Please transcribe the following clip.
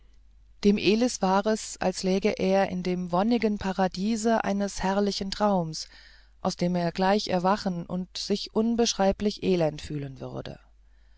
dem elis war es als läge er in dem wonnigen paradiese eines herrlichen traums aus dem er gleich erwachen und sich unbeschreiblich elend fühlen werde